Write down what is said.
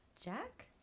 Jack